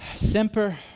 Semper